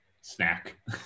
snack